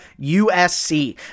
USC